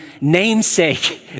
namesake